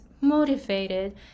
motivated